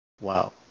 wow